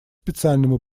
специальному